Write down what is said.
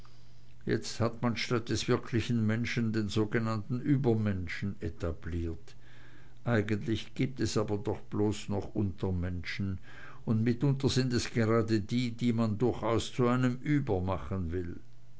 jetzt hat man statt des wirklichen menschen den sogenannten übermenschen etabliert eigentlich gibt es aber bloß noch untermenschen und mitunter sind es gerade die die man durchaus zu einem über machen will